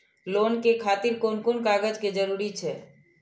Loan के खातिर कोन कोन कागज के जरूरी छै?